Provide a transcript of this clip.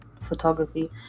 Photography